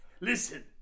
Listen